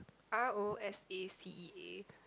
r_o_s_a_c_e_a